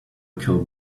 kill